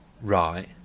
right